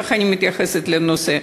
כך אני מתייחסת לנושא.